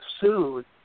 sued